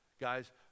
guys